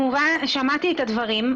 שמעתי את הדברים.